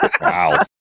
Wow